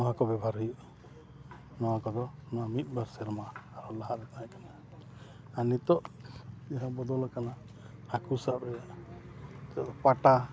ᱱᱚᱣᱟ ᱠᱚ ᱵᱮᱵᱚᱦᱟᱨ ᱦᱩᱭᱩᱜᱼᱟ ᱱᱚᱣᱟ ᱠᱚᱫᱚ ᱱᱚᱣᱟ ᱢᱤᱫ ᱵᱟᱨ ᱥᱮᱨᱢᱟ ᱟᱨᱚ ᱞᱟᱦᱟᱨᱮ ᱛᱟᱦᱮᱸᱠᱟᱱᱟ ᱟᱨ ᱱᱤᱛᱚᱜ ᱡᱟᱦᱟᱸ ᱵᱚᱫᱚᱞ ᱟᱠᱟᱱᱟ ᱦᱟᱹᱠᱩ ᱥᱟᱵ ᱨᱮᱱᱟᱜ ᱱᱤᱛᱚᱜ ᱫᱚ ᱯᱟᱴᱟ